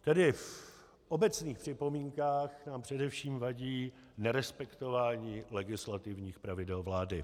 Tedy v obecných připomínkách nám především vadí nerespektování legislativních pravidel vlády.